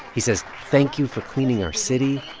he says, thank you for cleaning our city.